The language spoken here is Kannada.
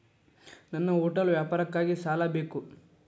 ನನ್ನ ಹೋಟೆಲ್ ವ್ಯಾಪಾರಕ್ಕಾಗಿ ಸಾಲ ಬೇಕು